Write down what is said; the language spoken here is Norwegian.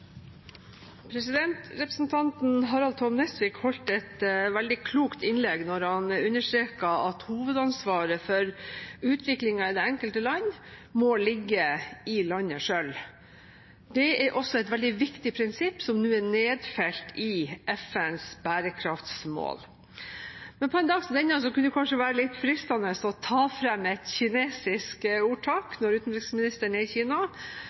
Representanten Harald Tom Nesvik holdt et veldig klokt innlegg da han understreket at hovedansvaret for utviklingen i de enkelte land må ligge i landet selv. Det er også et veldig viktig prinsipp som nå er nedfelt i FNs bærekraftsmål. På en dag som denne da utenriksministeren er i Kina, kunne det være litt fristende å ta fram et kinesisk